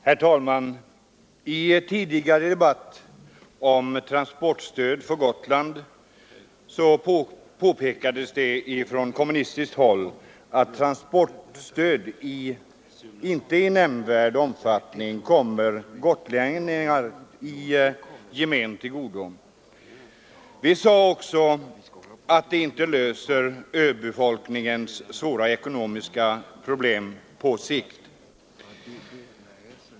Herr talman! I en tidigare debatt om transportstöd för Gotland påpekades från kommunistiskt håll att transportstöd inte i nämnvärd omfattning kommer gotlänningar i gemen till godo. Vi sade också att det inte på sikt löser öbefolkningens svåra ekonomiska problem.